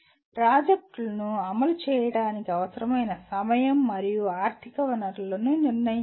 ప్రాజెక్ట్ను అమలు చేయడానికి అవసరమైన సమయం మరియు ఆర్థిక వనరులను నిర్ణయించండి